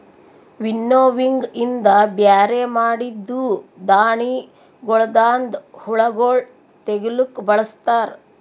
winnowing ಇಂದ ಬ್ಯಾರೆ ಮಾಡಿದ್ದೂ ಧಾಣಿಗೊಳದಾಂದ ಹುಳಗೊಳ್ ತೆಗಿಲುಕ್ ಬಳಸ್ತಾರ್